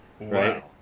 right